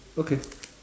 okay